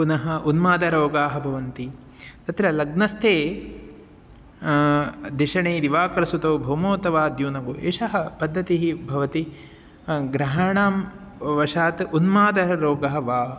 पुनः उन्मादरोगाः भवन्ति तत्र लग्नस्थे दिशणे दिवाकरसुतौ भौमोतवाद्यूनगु एषा पद्धतिः भवति ग्रहाणां वशात् उन्मादः रोगः वा